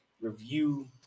review